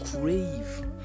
crave